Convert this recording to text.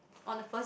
on the first